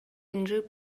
unrhyw